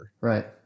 right